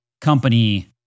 company